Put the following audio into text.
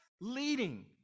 leading